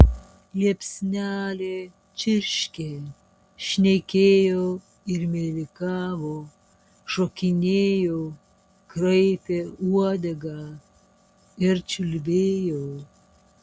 liepsnelė čirškė šnekėjo ir meilikavo šokinėjo kraipė uodegą ir čiulbėjo